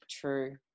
True